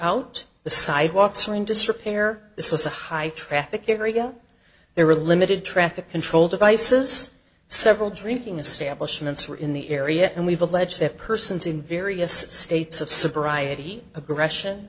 out the sidewalks were in disrepair this was a high traffic area there were limited traffic control devices several drinking establishment so in the area and we've alleged that persons in various states of sobriety aggression